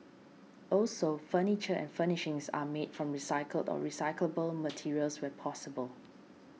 also furniture and furnishings are made from recycled or recyclable materials where possible